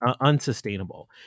unsustainable